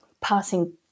passing